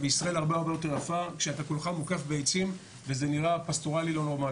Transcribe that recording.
ישראל הרבה יותר יפה כשאתה כולך מוקף בעצים וזה נראה פסטורלי לא נורמלי.